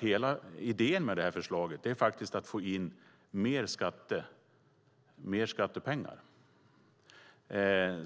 Hela idén med förslaget var att få in mer skattepengar.